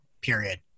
period